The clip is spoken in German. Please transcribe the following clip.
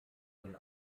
den